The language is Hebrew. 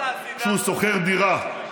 כשהוא שוכר דירה.